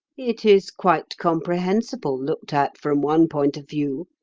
it is quite comprehensible, looked at from one point of view,